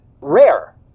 rare